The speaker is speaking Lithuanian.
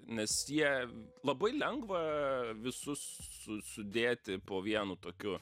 nes jie labai lengva visus su sudėti po vienu tokiu